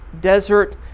desert